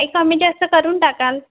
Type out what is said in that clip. काय कमी जास्त करून टाकाल